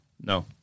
No